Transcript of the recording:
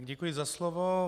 Děkuji za slovo.